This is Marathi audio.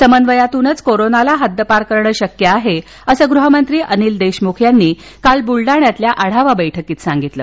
समन्वयातूनच कोरोनाला हद्दपार करणे शक्य आहे असं गृहमंत्री अनिल देशमुख यांनी काल बुलडाण्यातल्या आढावा बौठकीत सांगितलं